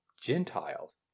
Gentiles